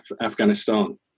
Afghanistan